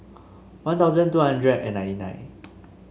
One Thousand two hundred and ninety nine